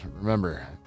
remember